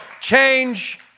Change